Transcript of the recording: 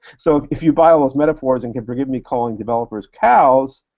so if if you buy all those metaphors and can forgive me calling developers cows,